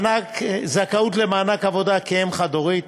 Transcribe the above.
זכאות למענק עבודה כאם חד-הורית,